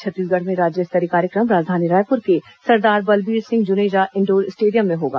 छत्तीसगढ़ में राज्य स्तरीय कार्यक्रम राजधानी रायपुर के सरदार बलबीर सिंह जुनेजा इंडोर स्टेडियम में होगा